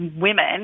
Women